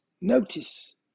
Notice